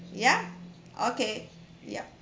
ya okay yup